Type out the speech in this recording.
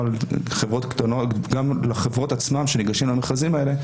זה יוצר גם על החברות עצמן שניגשות למכרזים האלה,